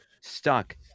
stuck